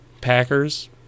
Packers